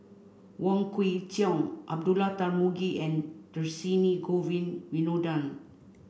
Wong Kwei Cheong Abdullah Tarmugi and Dhershini Govin Winodan